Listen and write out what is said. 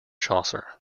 chaucer